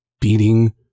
beating